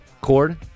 cord